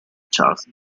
charles